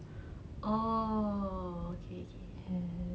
oh okay